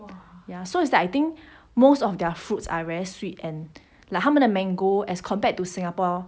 ya so is that I think most of their fruits are very sweet and like 他们的 mango as compared to singapore